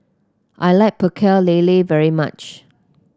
I like Pecel Lele very much